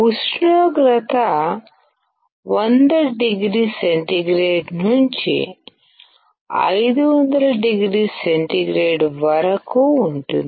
ఉష్ణోగ్రత100oCనుండి500oC వరకు ఉంటుంది